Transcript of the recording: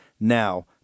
now